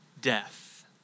death